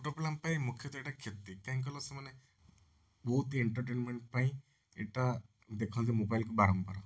ଛୋଟ ପିଲାଙ୍କ ପାଇଁ ମୁଖ୍ୟତଃ ଏଇଟା କ୍ଷତି କାହିଁକି କହିଲ ସେମାନେ ବହୁତ ହିଁ ଏଣ୍ଟେରଟେନମେଣ୍ଟ ପାଇଁ ଏଇଟା ଦେଖନ୍ତି ମୋବାଇଲକୁ ବାରମ୍ବାର